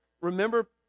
remember